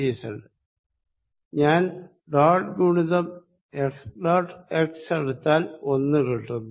vz ഞാൻ dot ഗുണിതം xഡോട്ട് x എടുത്താൽ 1 കിട്ടുന്നു